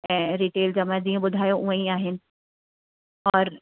ऐं रीटेल जा मां जीअं ॿुधायो हूअंई आहिनि और